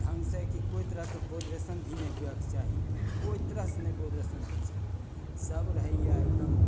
ढङ्गसँ की कोइ तरहके बोदरेसन भी नहि हुवेके चाही कोइ तरहसँ नहि बोदरेसन होइ छै सब रहइए एकदम